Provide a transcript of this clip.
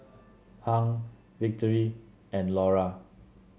Hung Victory and Laura